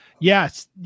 Yes